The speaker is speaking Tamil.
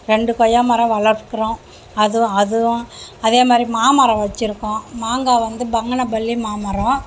ரெண்டு கொய்யா மரம் வளர்க்குறோம் அது அதுவும் அதேமாதிரி மாமரம் வச்சியிருக்கோம் மாங்காய் வந்து பங்கனம்பள்ளி மாமரம்